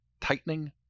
tightening